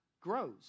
grows